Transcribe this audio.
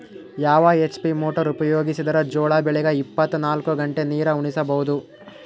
ಯಾವ HP motor ಉಪಯೋಗಿಸಿದರ ಜೋಳ ಬೆಳಿಗ ಇಪ್ಪತ ನಾಲ್ಕು ಗಂಟೆ ನೀರಿ ಉಣಿಸ ಬಹುದು?